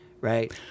right